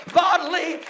bodily